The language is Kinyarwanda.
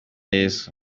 yezu